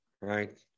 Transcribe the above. right